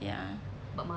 ya